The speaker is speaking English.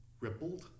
rippled